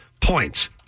points